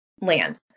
land